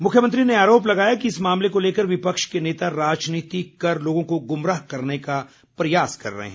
मुख्यमंत्री ने आरोप लगाया कि इस मामले को लेकर विपक्ष के नेता राजनीति कर लोगों को गुमराह करने का प्रयास कर रहे हैं